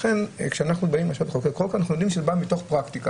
לכן כשאנחנו באים עכשיו לחוקק חוק אנחנו יודעים שזה מתוך פרקטיקה.